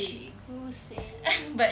cikgu seh